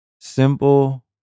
Simple